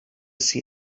see